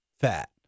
Fat